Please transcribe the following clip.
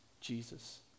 Jesus